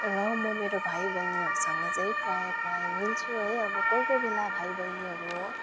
र म मेरो भाइ बहिनीहरूसँग चाहिँ प्रायः प्रायः मिल्छु है अब कोही कोही बेला भाइ बहिनीहरू हो